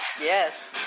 Yes